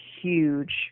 huge